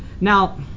now